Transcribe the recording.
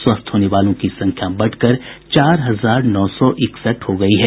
स्वस्थ होने वालों की संख्या बढ़कर चार हजार नौ सौ इकसठ हो गयी है